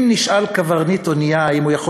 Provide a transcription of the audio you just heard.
אם נשאל קברניט אונייה אם הוא יכול